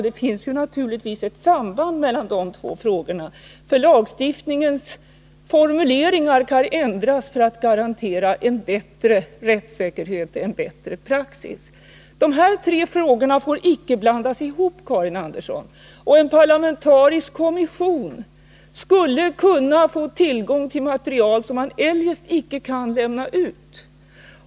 Det finns naturligtvis ett samband mellan de två frågorna, för lagstiftningens formuleringar kan ändras för att garantera en bättre rättssäkerhet och en bättre praxis. De här tre frågorna får icke blandas ihop, Karin Andersson. En parlamentarisk kommission skulle kunna få tillgång till material som man eljest icke kan lämna ut.